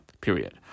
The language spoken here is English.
Period